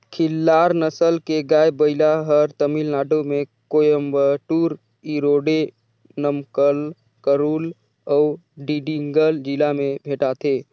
खिल्लार नसल के गाय, बइला हर तमिलनाडु में कोयम्बटूर, इरोडे, नमक्कल, करूल अउ डिंडिगल जिला में भेंटाथे